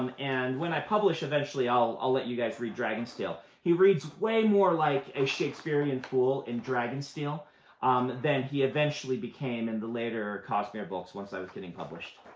um and when i publish eventually, i'll i'll let you guys read dragonsteel. he reads way more like a shakespearean fool in dragonsteel um than he eventually became in the later cosmere books once i was getting published.